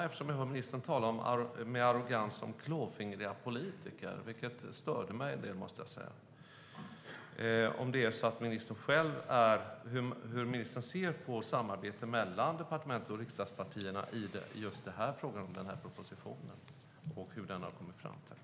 Eftersom jag hör ministern med arrogans tala om klåfingriga politiker - vilket störde mig - undrar jag hur ministern själv ser på samarbetet mellan departementet och riksdagspartierna i just frågan om den här propositionen och hur det har framskridit.